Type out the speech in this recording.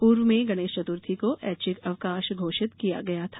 पूर्व में गणेश चतुर्थी को ऐच्छिक अवकाश घोषित किया गया था